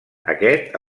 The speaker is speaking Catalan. aquest